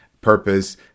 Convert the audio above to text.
purpose